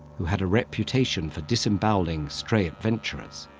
who had a reputation for disemboweling stray adventurers,